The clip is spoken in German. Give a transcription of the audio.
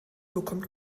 bekommt